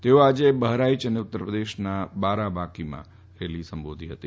તેમણે બહરાઇચ અને ઉત્તરપ્રદેશના બારાબાંકી ખાતે રેલીઓ સંબોધી હતી